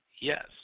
Yes